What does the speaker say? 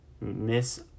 miss